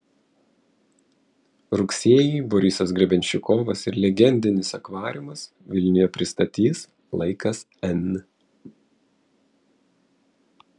rugsėjį borisas grebenščikovas ir legendinis akvariumas vilniuje pristatys laikas n